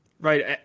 Right